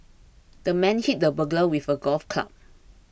the man hit the burglar with a golf club